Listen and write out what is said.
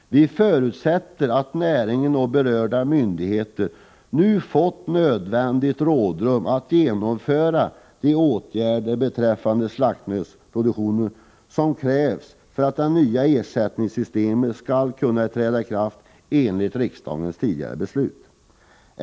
Vi förutsätter att näringen och berörda myndigheter nu fått nödvändigt rådrum att genomföra de åtgärder beträffande slaktnötsproduktionen som krävs för att det nya ersättningssystemet skall kunna träda i kraft enligt riksdagens tidigare beslut.